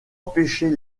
empêcher